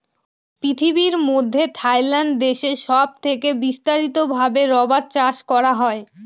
পৃথিবীর মধ্যে থাইল্যান্ড দেশে সব থেকে বিস্তারিত ভাবে রাবার চাষ করা হয়